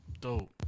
Dope